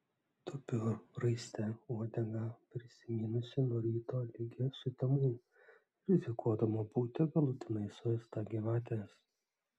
tupiu raiste uodegą prisimynusi nuo ryto ligi sutemų rizikuodama būti galutinai suėsta gyvatės